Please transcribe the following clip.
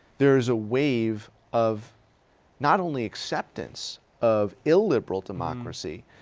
there is a wave of not only acceptance of illiberal democracy,